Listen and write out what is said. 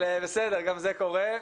בסדר, גם זה קורה.